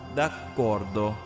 D'accordo